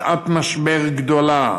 שעת משבר גדולה.